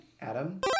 Adam